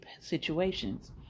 situations